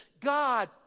God